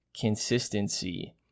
consistency